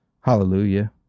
hallelujah